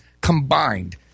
combined